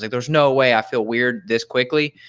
like there's no way i feel weird this quickly,